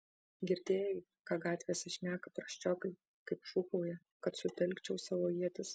girdėjai ką gatvėse šneka prasčiokai kaip šūkauja kad sutelkčiau savo ietis